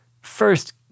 first